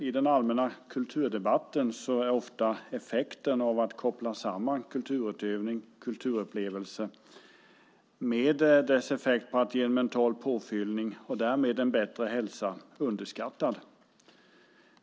I den allmänna kulturdebatten är ofta effekten av att man kopplar samman kulturutövning och kulturupplevelse, med dess effekt av mental påfyllning och därmed bättre hälsa, underskattad.